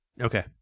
Okay